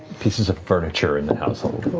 pieces of furniture in the household.